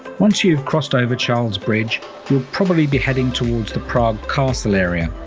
once you've crossed over charles bridge will probably be heading towards the prague castle area.